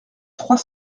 trois